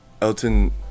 Elton